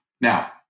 Now